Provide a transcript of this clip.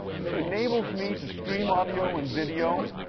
but it enables me to stream audio and video,